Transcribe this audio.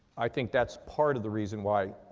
i think that's part of the reason why all,